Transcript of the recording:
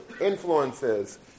influences